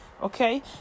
Okay